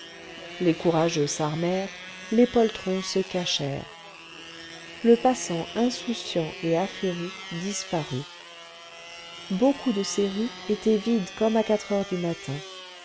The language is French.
les courageux s'armèrent les poltrons se cachèrent le passant insouciant et affairé disparut beaucoup de ces rues étaient vides comme à quatre heures du matin